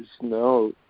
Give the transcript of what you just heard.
no